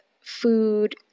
food